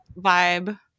vibe